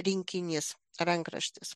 rinkinys rankraštis